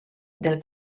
del